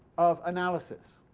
of analysis.